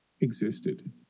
existed